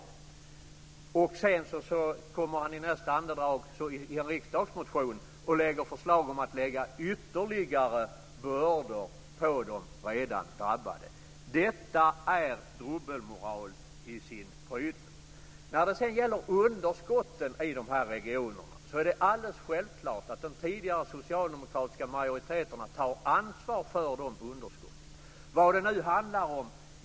I nästa andetag kommer han i en riksdagsmotion med förslag om att lägga ytterligare bördor på de redan drabbade. Detta är dubbelmoral i sin prydno. När det sedan gäller underskotten i dessa regioner vill jag säga att det är alldeles självklart att de tidigare socialdemokratiska majoriteterna tar ansvar för dessa.